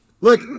Look